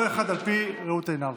כל אחד על פי ראות עיניו.